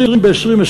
20 ב-2020,